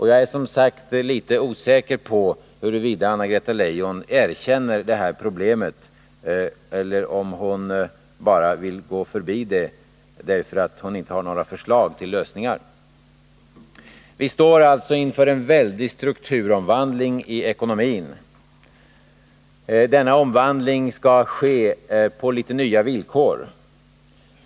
Jag är som sagt litet osäker på huruvida Anna-Greta Leijon erkänner det här problemet eller om hon bara vill gå förbi det, därför att hon inte har några förslag till lösningar. Vi står alltså inför en väldig strukturomvandling i ekonomin. Denna omvandling skall ske på litet nya villkor.